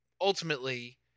ultimately